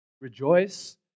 rejoice